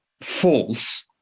false